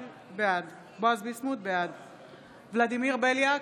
בעד ולדימיר בליאק,